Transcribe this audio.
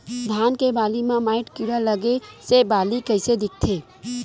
धान के बालि म माईट कीड़ा लगे से बालि कइसे दिखथे?